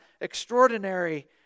extraordinary